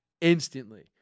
Instantly